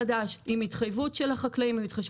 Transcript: ענבר בזק, בבקשה.